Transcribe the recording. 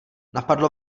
napadlo